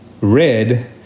Red